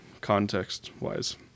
context-wise